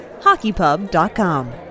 HockeyPub.com